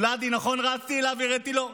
ולדי, נכון רצתי אליו והראיתי לו?